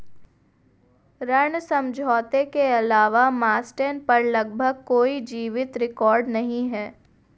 ऋण समझौते के अलावा मास्टेन पर लगभग कोई जीवित रिकॉर्ड नहीं है